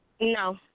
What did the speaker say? No